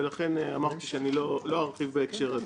ולכן אמרתי שלא ארחיב בהקשר הזה.